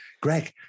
Greg